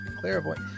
clairvoyant